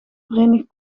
verenigd